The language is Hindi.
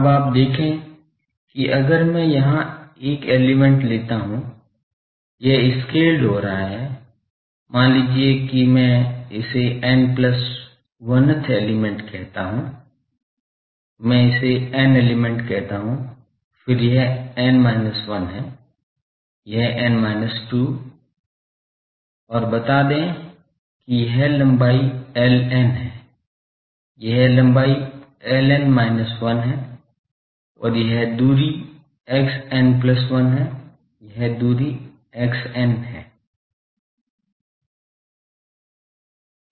अब आप देखें कि अगर मैं यहां एक एलिमेंट लेता हूं यह स्केल्ड हो रहा है मान लीजिए कि मैं इसे n plus 1 th एलिमेंट कहता हूं मैं इसे n एलिमेंट कहता हूं फिर यह n minus 1 है यह n minus 2 है और बता दें कि यह लंबाई l n है यह लंबाई ln minus 1 है और यह दूरी xn 1 है यह दूरी xn आदि है